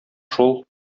шул